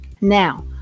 now